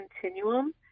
continuum